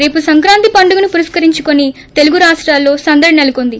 రేపు సంక్రాంతి పండగను పురస్కరించుకుని తెలుగు రాష్టాలలో సందడి నెలకుంది